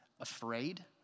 afraid